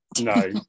No